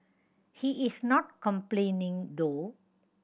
he is not complaining though